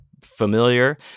familiar